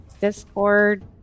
Discord